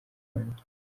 rwanda